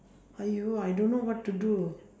!aiyo! I don't know what to do